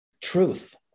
truth